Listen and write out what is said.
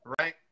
right